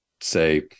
say